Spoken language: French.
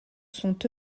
sont